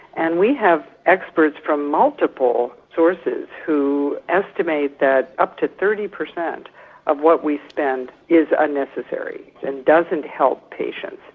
and we have experts from multiple sources who estimate that up to thirty percent of what we spend is unnecessary and doesn't help patients.